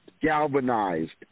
galvanized